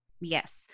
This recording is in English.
Yes